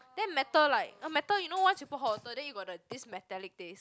then metal like metal once you put hot water then you got the this metallic taste